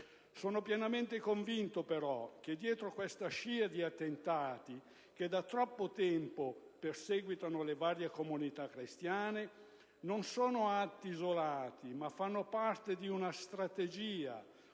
Sono pienamente convinto però che questa scia di attentati che da troppo tempo perseguitano le varie comunità cristiane non sia un insieme di atti isolati, ma risponda a una strategia